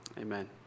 Amen